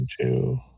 two